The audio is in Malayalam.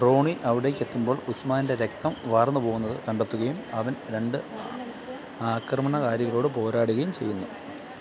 റോണി അവിടേക്ക് എത്തുമ്പോള് ഉസ്മാന്റെ രക്തം വാർന്നു പോകുന്നത് കണ്ടെത്തുകയും അവൻ രണ്ട് ആക്രമണകാരികളോട് പോരാടുകയും ചെയ്യുന്നു